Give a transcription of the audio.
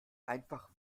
einfach